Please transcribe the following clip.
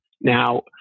Now